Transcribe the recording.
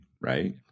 right